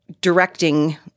directing